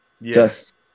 Yes